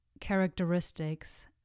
characteristics